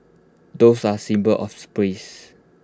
doves are symbol of